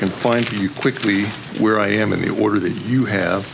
can find you quickly where i am in the order that you have